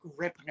Ripner